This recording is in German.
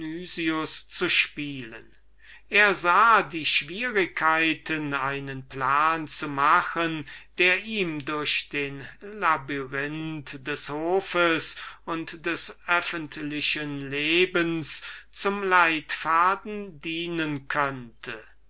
zu spielen er sah alle oder doch einen großen teil der schwierigkeiten einen solchen plan zu machen der ihm durch den labyrinth des hofes und des öffentlichen lebens zum leitfaden dienen könnte